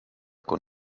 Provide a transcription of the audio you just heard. con